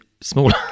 smaller